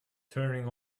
turning